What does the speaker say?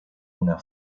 una